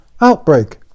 outbreak